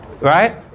right